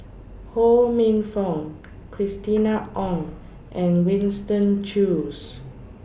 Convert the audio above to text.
Ho Minfong Christina Ong and Winston Choos